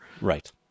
Right